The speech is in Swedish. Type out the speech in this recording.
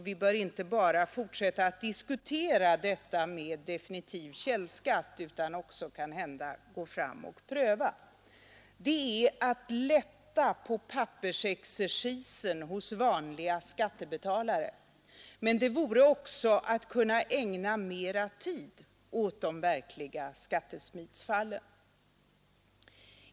Vi bör inte bara fortsätta att diskutera detta med definitiv källskatt utan också kanhända gå fram och pröva. Det vore att lätta på pappersexercisen hos vanliga skattebetalare, men det skulle också medföra att man kunde ägna mer tid åt de verkliga skattesmitningsfallen.